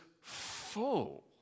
full